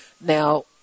Now